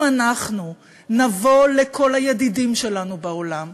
אם אנחנו, נבוא לכל הידידים שלנו בעולם,